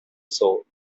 thought